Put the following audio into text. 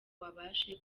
babashe